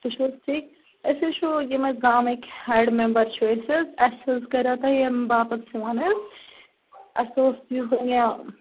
تُہۍ چھُو حظ ٹھیٖک أسۍ حظ چھُو یِم اَسہِ گامٕکۍ ہٮ۪ڈ مٮ۪مبَر چھِ أسۍ حظ اسہِ حظ کَریو تۄہہِ ییٚمہِ باپتھ فون حظ اسہِ اوس یُس زَن یہِ